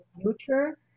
future